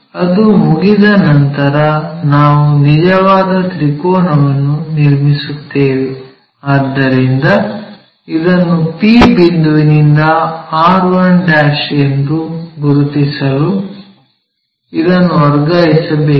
ಅದು ಮುಗಿದ ನಂತರ ನಾವು ನಿಜವಾದ ತ್ರಿಕೋನವನ್ನು ನಿರ್ಮಿಸುತ್ತೇವೆ ಆದ್ದರಿಂದ ಇದನ್ನು p ಬಿಂದುವಿನಿಂದ r1 ಎಂದು ಗುರುತಿಸಲು ಇದನ್ನು ವರ್ಗಾಯಿಸಬೇಕು